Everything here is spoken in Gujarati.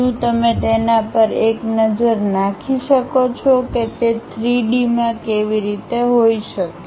શું તમે તેના પર એક નજર નાખી શકો છો કે તે 3D માં કેવી રીતે હોઈ શકે